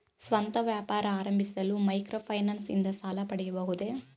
ಸ್ವಂತ ವ್ಯಾಪಾರ ಆರಂಭಿಸಲು ಮೈಕ್ರೋ ಫೈನಾನ್ಸ್ ಇಂದ ಸಾಲ ಪಡೆಯಬಹುದೇ?